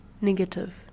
Negative